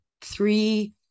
three